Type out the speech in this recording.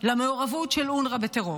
למעורבות של אונר"א בטרור.